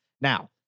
Now